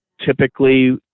typically